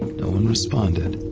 no one responded